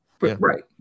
right